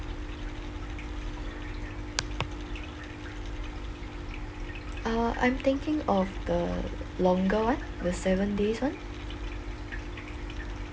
uh I'm thinking of the longer [one] the seven days [one]